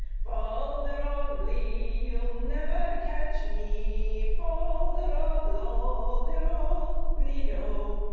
fol de rol lee, you'll never catch me! fol de rol lol de rol lido!